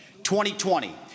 2020